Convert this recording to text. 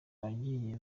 abagiye